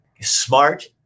smart